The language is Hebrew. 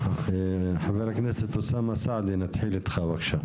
חבר הכנסת אוסאמה סעדי, נתחיל איתך, בבקשה.